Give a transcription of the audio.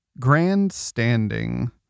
grandstanding